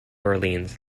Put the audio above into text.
orleans